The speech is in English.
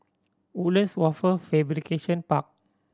Woodlands Wafer Fabrication Park